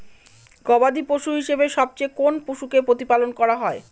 গবাদী পশু হিসেবে সবচেয়ে কোন পশুকে প্রতিপালন করা হয়?